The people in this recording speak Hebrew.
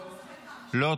--- לא.